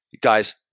guys